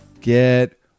Get